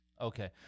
Okay